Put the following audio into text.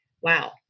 wow